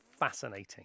fascinating